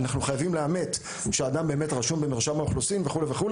אנחנו חייבים לאמת שהאדם באמת רשום במרשם האוכלוסין וכולי,